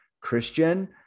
Christian